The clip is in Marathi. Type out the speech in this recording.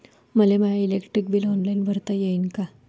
मले माय इलेक्ट्रिक बिल ऑनलाईन भरता येईन का?